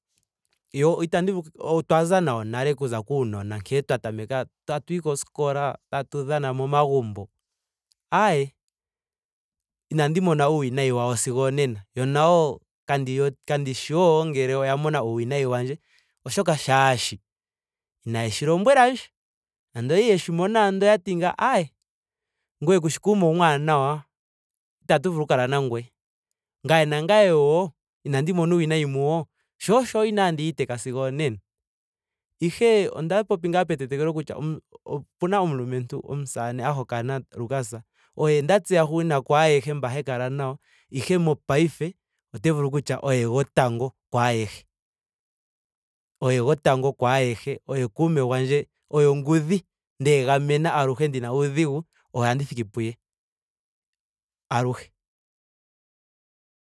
Yo itandi vu- otwa za nayo nale okuza kuunona nkene twa tameka tatuyi koskola. tatu dhana momagumbo. aaye inandi mona uuwinayi wawo sigo onena. yo nayi kandi wete kandi shiwo ngele oya mona uuwinayi wandje. oshoka shaashi inaye shi lombwelandje. Andola okwali yeshi mona ngele oyati ngaa ayee ngoye kushi kuume omwaanawa. itatu vulu oku kala nangweye. Ngame nangame wo inandi mona uuwinayo muyo. sho osho inaandi iteka sigo onena. Ihe onda popi ngaa petetekelo kutya o- opena omulumentu omusaamane a hokana lukas. oye nda tseya hugunina kwaayehe mba he kala nayo ihe. mopaife ote vulu kutya oye gotango kwaayehe oye gotango kwaayehe. Oye kuume gwandje. oye ongudhi ndeegamena aluhe ndina uudhigu. ohandi thiki puye. aluhe